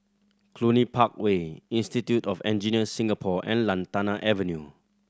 Cluny Park Way Institute of Engineer Singapore and Lantana Avenue